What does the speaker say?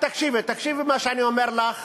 תקשיבי, תקשיבי למה שאני אומר לך